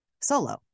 solo